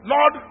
Lord